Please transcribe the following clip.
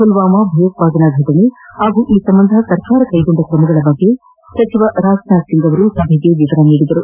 ಪುಲ್ಲಾಮಾ ಭಯೋತ್ವಾದನಾ ಫಟನೆ ಪಾಗೂ ಈ ಸಂಬಂಧ ಸರ್ಕಾರ ಕೈಗೊಂಡ ಕ್ರಮಗಳ ಕುರಿತು ಸಚಿವ ರಾಜನಾಥ್ ಸಿಂಗ್ ಸಭೆಗೆ ವಿವರ ನೀಡಿದರು